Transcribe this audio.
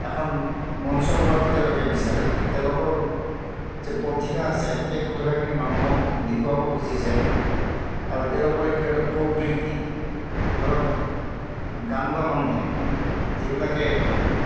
এখন মঞ্চ পোৱাটো তেওঁলোকে বিচাৰে তেওঁলোকৰ যে প্ৰতিভা আছে সেই প্ৰতিভাখিনি মানুহক দেখুৱাব খুজিছে আৰু তেওঁলোকৰ এইটো এটা প্ৰবৃতি ধৰক গান গোৱা মানুহে যিবিলাকে